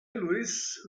luis